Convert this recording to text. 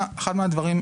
אחד מהדברים,